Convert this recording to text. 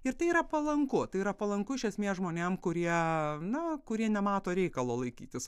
ir tai yra palanku tai yra palanku iš esmės žmonėm kurie na kurie nemato reikalo laikytis